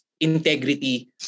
integrity